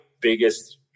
biggest